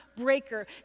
breaker